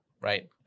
right